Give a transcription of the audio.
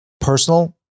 personal